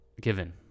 given